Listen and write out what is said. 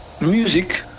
music